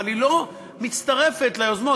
אבל היא לא מצטרפת ליוזמות,